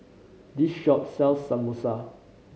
this shop sells Samosa